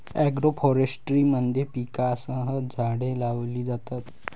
agroforestry मध्ये पिकांसह झाडे लावली जातात